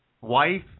Wife